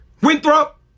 Winthrop